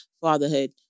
fatherhood